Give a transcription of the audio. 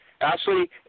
Ashley